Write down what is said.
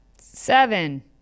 Seven